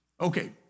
Okay